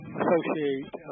associate